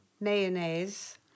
mayonnaise